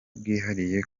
bwihariye